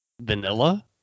vanilla